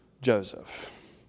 Joseph